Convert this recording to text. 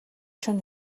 чоно